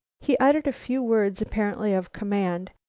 he uttered a few words apparently of command,